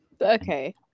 Okay